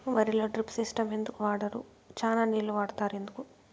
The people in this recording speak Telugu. వరిలో డ్రిప్ సిస్టం ఎందుకు వాడరు? చానా నీళ్లు వాడుతారు ఎందుకు?